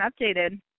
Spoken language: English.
updated